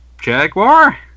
Jaguar